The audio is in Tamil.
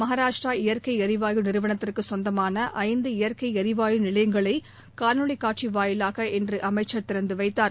மகாராஷ்டிரா இயற்கை எரிவாயு நிறுவனத்திற்கு சொந்தமான ஐந்து இயற்கை எரிவாயு நிலையங்களை காணொலி வாயிலாக இன்று அமைச்சர் திறந்து வைத்தார்